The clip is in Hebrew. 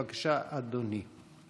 בבקשה, אדוני.